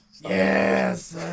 Yes